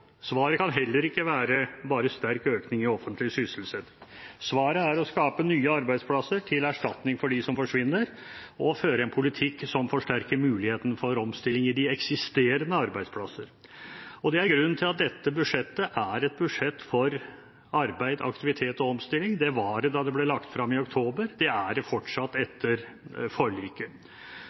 Svaret kan heller ikke være bare sterk økning i offentlig sysselsetting. Svaret er å skape nye arbeidsplasser til erstatning for dem som forsvinner og føre en politikk som forsterker muligheten for omstilling i de eksisterende arbeidsplasser. Det er grunnen til at dette budsjettet er et budsjett for arbeid, aktivitet og omstilling. Det var det da det ble lagt frem i oktober, det er det fortsatt etter forliket.